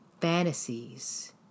Fantasies